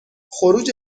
خروج